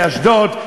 באשדוד,